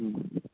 ꯎꯝ